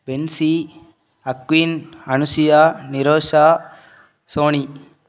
பென்ஸி அக்குயின் அனுஷியா நிரோஷா சோனி